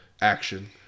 action